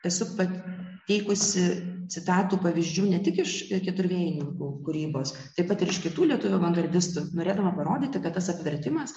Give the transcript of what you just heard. esu pateikusi citatų pavyzdžių ne tik iš keturvėjininkų kūrybos taip pat ir iš kitų lietuvių avangardistų norėdama parodyti kad tas apvertimas